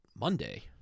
Monday